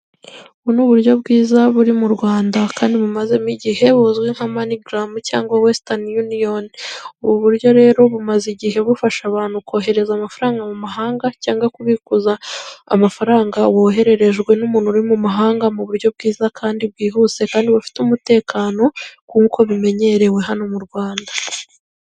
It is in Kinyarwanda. Ubu ni uburyo bwiza buri mu Rwanda kandi bumazemo igihe, buzwi nka manigaramu cyangwa wesiterini yuniyoni ubu buryo rero bumaze igihe bufasha abantu kohereza amafaranga mu mahanga cyangwa kubikuza amafaranga bohererejwe n'umuntu uri mu mahanga mu buryo bwiza kandi bwihuse, kandi bufite umutekano k'uko bimenyerewe hano mu Rwanda.